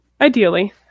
ideally